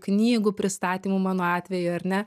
knygų pristatymų mano atveju ar ne